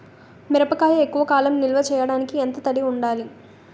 మిరపకాయ ఎక్కువ కాలం నిల్వ చేయటానికి ఎంత తడి ఉండాలి?